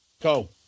Go